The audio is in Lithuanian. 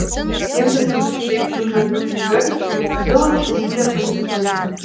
siekdamas užbėgti už akių kivirčui vilas pasiūlė pailsėti